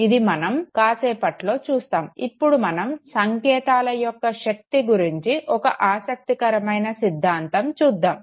ఇది మనం కాసేపట్లో చూస్తాము ఇప్పుడు మనం సంకేతాల యొక్క శక్తి గురించి ఒక ఆశక్తికరమైన సిద్ధాంతం చూద్దాము